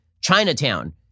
Chinatown